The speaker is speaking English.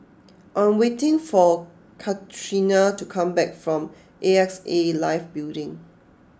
I'm waiting for Catrina to come back from A X A Life Building